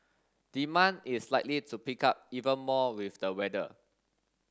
demand is likely to pick up even more with the weather